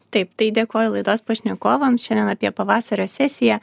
taip tai dėkoju laidos pašnekovams šiandien apie pavasario sesiją